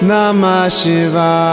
Namashiva